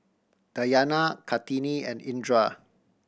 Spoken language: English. Dayana Kartini and Indra